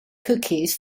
cookies